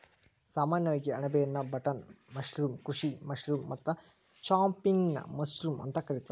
ಸಾಮಾನ್ಯವಾಗಿ ಅಣಬೆಯನ್ನಾ button mushroom, ಕೃಷಿ ಮಶ್ರೂಮ್ ಮತ್ತ ಚಾಂಪಿಗ್ನಾನ್ ಮಶ್ರೂಮ್ ಅಂತ ಕರಿತಾರ